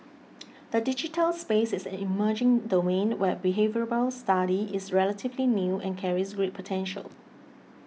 the digital space is an emerging domain where behavioural study is relatively new and carries great potential